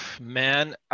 Man